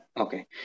Okay